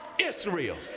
Israel